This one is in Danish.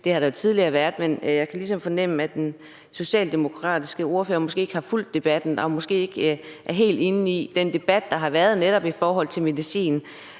det været tidligere, men jeg kan ligesom fornemme, at den socialdemokratiske ordfører måske ikke har fulgt debatten og måske ikke er helt inde i den debat, der har været om netop medicin.